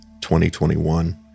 2021